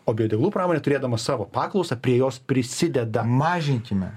o biodegalų pramonė turėdama savo paklausą prie jos prisideda mažinkime